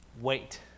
Wait